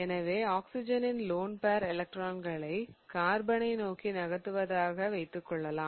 எனவே ஆக்ஸிஜனின் lone pair எலக்ட்ரான்களை கார்பனை நோக்கி நகர்த்துவதாக வைத்துக்கொள்ளலாம்